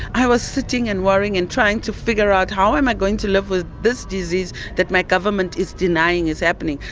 i was sitting and worrying and trying to figure out how am i going to live with this disease that my government is denying is happening.